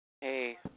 hey